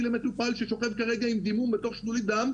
למטופל ששוכב כרגע עם דימום בתוך שלולית דם,